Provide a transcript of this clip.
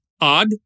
Odd